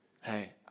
Hey